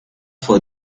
for